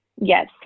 yes